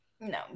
No